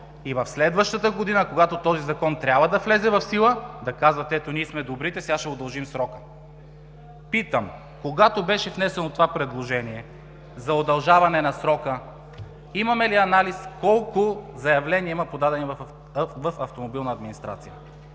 и в следващата година, когато този закон трябва да влезе в сила, да казвате: „Ето, ние сме добрите, сега ще удължим срока.“ Питам: когато беше внесено това предложение за удължаване на срока, имаме ли анализ колко заявления има подадени в „Автомобилна администрация“?